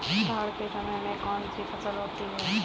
बाढ़ के समय में कौन सी फसल होती है?